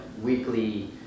weekly